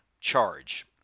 charge